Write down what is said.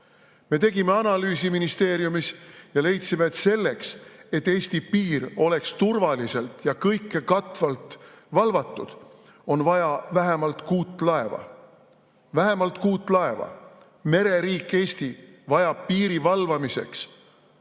Me tegime ministeeriumis analüüsi ja leidsime, et selleks, et Eesti piir oleks turvaliselt ja kõike katvalt valvatud, on vaja vähemalt kuut laeva. Vähemalt kuut laeva. Mereriik Eesti vajab piiri valvamiseks,